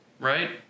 right